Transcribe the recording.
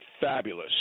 fabulous